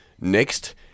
Next